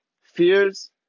fears